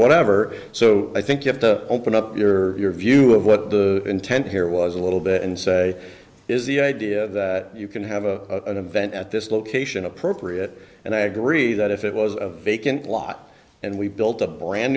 whatever so i think you have to open up your your view of what the intent here was a little bit and say is the idea that you can have a vent at this location appropriate and i agree that if it was a vacant lot and we built a brand